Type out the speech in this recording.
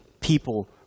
people